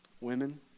Women